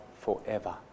forever